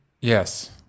Yes